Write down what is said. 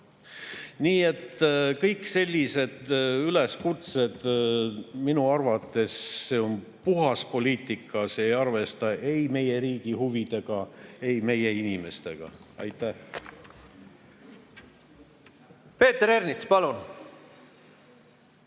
Nii et kõik sellised üleskutsed on minu arvates puhas poliitika ja need arvesta ei meie riigi huvidega ega meie inimestega. Aitäh! Peeter Ernits, palun!